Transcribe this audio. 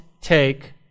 take